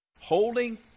Holding